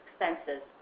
expenses